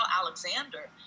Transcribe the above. alexander